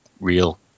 real